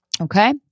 Okay